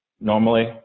normally